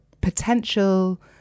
potential